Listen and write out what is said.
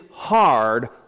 hard